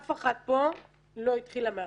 אף אחת פה לא התחילה מהרחוב.